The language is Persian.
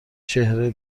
چهره